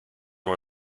one